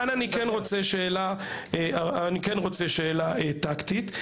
כאן אני כן רוצה לשאול שאלה טקטית.